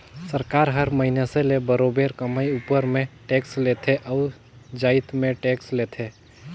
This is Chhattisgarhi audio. सरकार हर मइनसे ले बरोबेर कमई उपर में टेक्स लेथे अउ जाएत में टेक्स लेथे